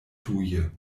tuje